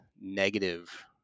negative